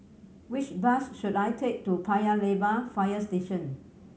which bus should I take to Paya Lebar Fire Station